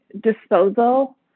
disposal